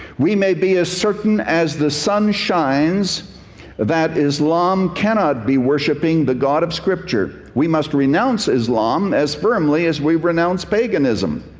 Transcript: we may be as certain as the sun shines that islam cannot be worshipping the god of scripture. we must renounce islam as firmly as we renounce paganism.